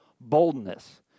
boldness